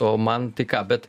o man tai ką bet